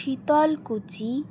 Sitalkuchi